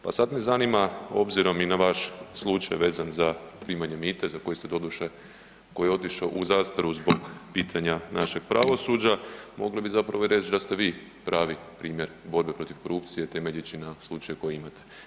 Pa sad me zanima, obzirom i na vaš slučaj vezan za primanje mita za koji ste doduše, koji je otišao u zastaru zbog pitanja našeg pravosuđa, mogli bi zapravo i reći da ste vi pravi primjer borbe protiv korupcije temeljeći na slučaju koji imate.